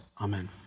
Amen